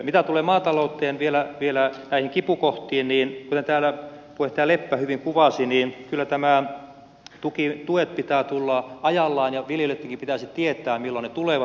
mitä tulee maatalouteen vielä näihin kipukohtiin niin kuten täällä puheenjohtaja leppä hyvin kuvasi kyllä näiden tukien pitää tulla ajallaan ja viljelijöittenkin pitäisi tietää milloin ne tulevat